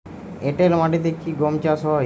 এঁটেল মাটিতে কি গম চাষ সম্ভব?